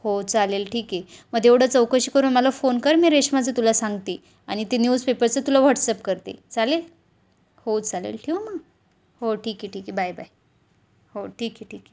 हो चालेल ठीक आहे मग तेवढं चौकशी करून मला फोन कर मी रेश्माचं तुला सांगते आणि ते न्यूजपेपरचं तुला व्हॉट्सअप करते चालेल हो चालेल ठेऊ मग हो ठीक आहे ठीक आहे बाय बाय हो ठीक आहे ठीक आहे